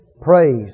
Praise